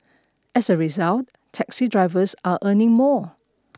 as a result taxi drivers are earning more